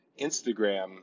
Instagram